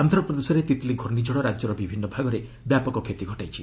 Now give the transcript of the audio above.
ଆନ୍ଧ୍ରପ୍ରଦେଶରେ ତିତ୍ଲି ଘୂର୍ଷିଝଡ଼ ରାଜ୍ୟର ବିଭିନ୍ନ ଭାଗରେ ବ୍ୟାପକ କ୍ଷତି ଘଟାଇଛି